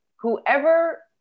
Whoever